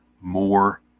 more